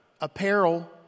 apparel